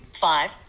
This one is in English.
five